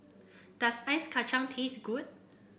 does Ice Kachang taste good